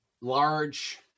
large